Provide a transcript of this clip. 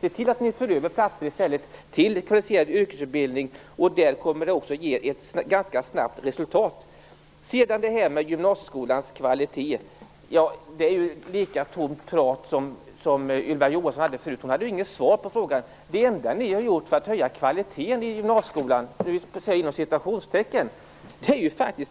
Se till att föra över platser i stället till kvalificerad yrkesutbildning, så kommer vi ganska snabbt att få ett resultat. Sedan har vi det Agneta Lundberg säger om gymnasieskolans kvalitet. Det är lika tomt prat som det Ylva Johansson kom med förut. Hon hade inget svar på frågan. Det enda ni har gjort för att så att säga höja kvaliteten i gymnasieskolan är